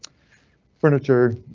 furniture,